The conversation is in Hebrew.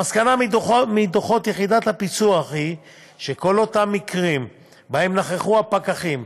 המסקנה מדוחות יחידת הפיצו"ח היא שבכל המקרים שבהם נכחו פקחים,